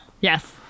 Yes